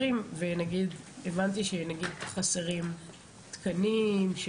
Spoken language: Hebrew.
השוטרים והבנתי שחסרים למשל תקנים.